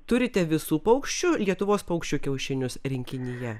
turite visų paukščių lietuvos paukščių kiaušinius rinkinyje